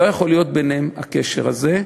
לא יכול להיות ביניהם הקשר הזה.